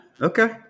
Okay